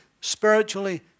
spiritually